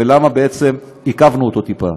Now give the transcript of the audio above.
ולמה בעצם עיכבנו אותו טיפה?